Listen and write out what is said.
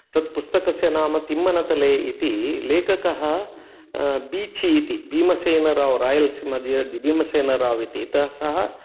तत्पुस्तकस्य नाम किम्मनतले इति लेखकः बिचि इति बीमसेनराव् रायल्सिम बीमसेनराव् इति त सः